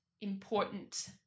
important